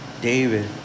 David